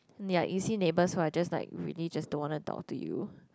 yea you see neighbours who are just like really just don't want to talk to you